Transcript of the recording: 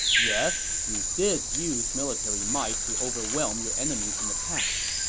yes, you did use military might to overwhelm your enemies in the past,